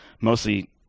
mostly